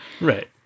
right